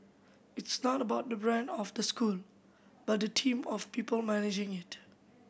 it's not about the brand of the school but the team of people managing it